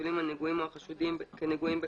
וחתולים הנגועים או החשודים כנגועים בכלבת,